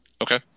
Okay